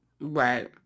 Right